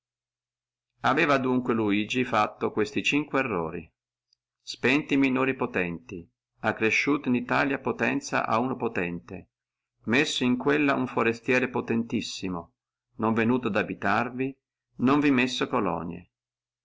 aveva dunque luigi fatto questi cinque errori spenti e minori potenti accresciuto in italia potenzia a uno potente messo in quella uno forestiere potentissimo non venuto ad abitarvi non vi messo colonie